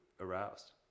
aroused